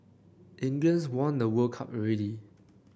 England's won the World Cup already